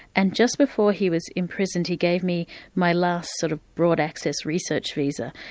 and just before he was imprisoned he gave me my last sort of broad access research visa,